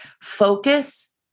Focus